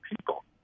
people